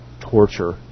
torture